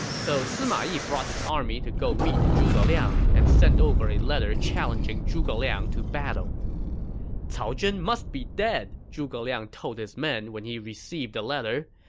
so sima yi brought his army to go meet zhuge liang and sent over a letter challenging zhuge liang to battle cao zhen must be dead! zhuge liang told his men when he received the letter.